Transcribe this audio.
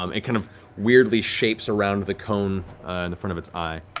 um it kind of weirdly shapes around the cone in the front of its eye.